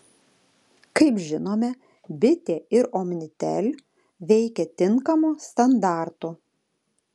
kaip žinome bitė ir omnitel veikia tinkamu standartu